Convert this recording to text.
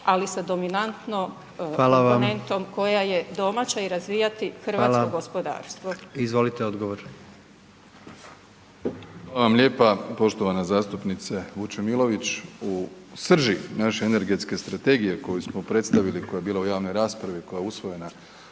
ali sa dominantnom komponentom koja je domaća i razvijati hrvatsko gospodarstvo? **Jandroković, Gordan (HDZ)** Hvala. Izvolite, odgovor. **Plenković, Andrej (HDZ)** Hvala vam lijepa poštovana zastupnice Vučemilović. U srži naše energetske strategije koju smo predstavili, koja je bila u javnoj raspravi i koja je usvojena